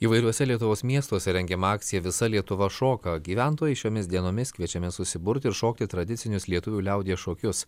įvairiuose lietuvos miestuose rengiama akcija visa lietuva šoka o gyventojai šiomis dienomis kviečiami susiburti ir šokti tradicinius lietuvių liaudies šokius